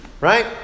right